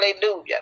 hallelujah